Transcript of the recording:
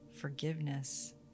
forgiveness